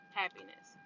happiness